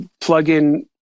plug-in